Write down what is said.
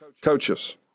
coaches